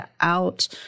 out